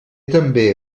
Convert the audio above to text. també